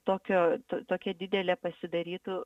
tokio tokia didelė pasidarytų